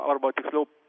arba tiksliau